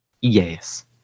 Yes